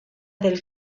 del